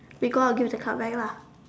we go out give the card back lah